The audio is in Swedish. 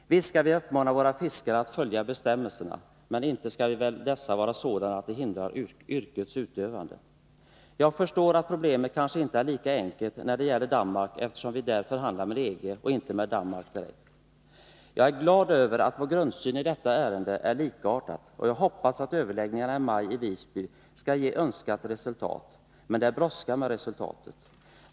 Visst skall vi uppmana våra fiskare att följa bestämmelserna, men inte skall väl dessa vara sådana att de hindrar yrkets utövande. Jag förstår att problemet kanske inte är lika enkelt när det gäller Danmark, eftersom vi där förhandlar med EG och inte med Danmark direkt. Jag är glad över att vår grundsyn i detta ärende är likartad, och jag hoppas att överläggningarna i Visby i maj skall ge önskat resultat. Men det brådskar med resultatet.